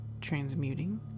transmuting